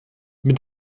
mit